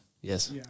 Yes